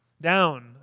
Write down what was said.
down